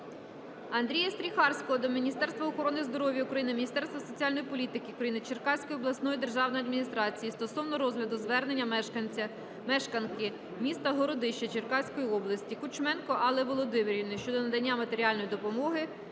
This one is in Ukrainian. Андрія Стріхарського до Міністерства охорони здоров'я України, Міністерства соціальної політики України, Черкаської обласної державної адміністрації стосовно розгляду звернення мешканки міста Городище Черкаської області Кучменко Алли Володимирівни щодо надання матеріальної допомоги